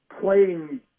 playing